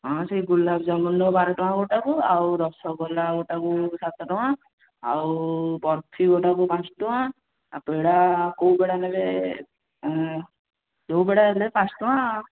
ହଁ ସେଇ ଗୁଲାପଜାମୁନର ବାର ଟଙ୍କା ଗୋଟାକୁ ଆଉ ରସଗୋଲା ଗୋଟାକୁ ସାତ ଟଙ୍କା ଆଉ ବରଫି ଗୋଟାକୁ ପାଞ୍ଚ ଟଙ୍କା ଆଉ ପେଡ଼ା କେଉଁ ପେଡ଼ା ନେଲେ ଯେଉଁ ପେଡ଼ା ନେଲେ ପାଞ୍ଚ ଟଙ୍କା